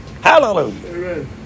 Hallelujah